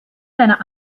seiner